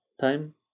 time